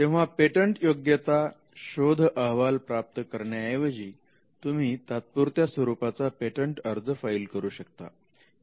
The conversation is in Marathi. तेव्हा पेटंटयोग्यता शोध अहवाल प्राप्त करण्याएवजी तुम्ही तात्पुरत्या स्वरूपाचा पेटंट अर्ज फाईल करू शकता